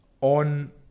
on